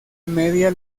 media